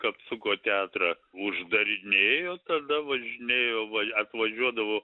kapsuko teatrą uždarinėjo tada važinėjo vai atvažiuodavo